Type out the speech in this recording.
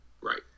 Right